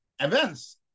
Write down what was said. events